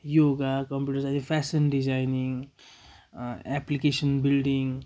yoga computer science यो fashion designing application building